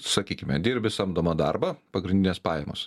sakykime dirbi samdomą darbą pagrindinės pajamos